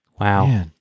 Wow